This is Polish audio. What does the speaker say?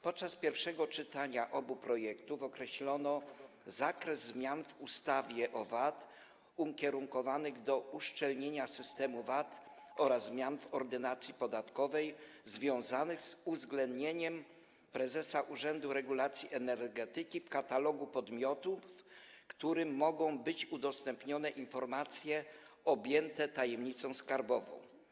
Podczas pierwszego czytania obu projektów określono zakres zmian w ustawie o VAT ukierunkowanych na uszczelnianie systemu VAT oraz zmian w Ordynacji podatkowej związanych z uwzględnieniem prezesa Urzędu Regulacji Energetyki w katalogu podmiotów, którym mogą być udostępnione informacje objęte tajemnicą skarbową.